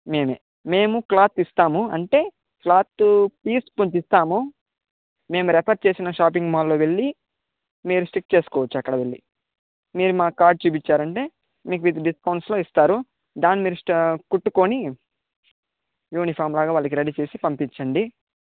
మేమే మేము క్లాత్ ఇస్తాము అంటే క్లాత్ పీస్ కొంచం ఇస్తాము మేము రెఫర్ చేసిన షాపింగ్ మాల్లో వెళ్ళి మీరు స్టిచ్ చేసుకోవచ్చు అక్కడ వెళ్ళి మీరు మా కార్డు చూపించారంటే మీకు విత్ డిస్కౌంట్స్లో ఇస్తారు దాన్ని మీరు స్ట్ కుట్టుకొని యూనిఫామ్లాగా వాళ్ళకి రెడీ చేసి పంపించండి